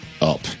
up